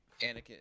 Anakin